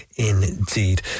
indeed